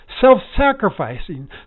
self-sacrificing